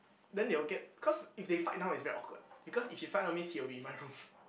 then they will get cause if they fight now is very awkward because if he fight now means he will be in my room